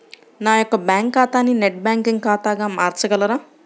నా యొక్క బ్యాంకు ఖాతాని నెట్ బ్యాంకింగ్ ఖాతాగా మార్చగలరా?